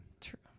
True